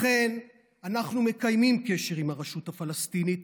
לכן אנחנו מקיימים קשר עם הרשות הפלסטינית,